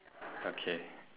okay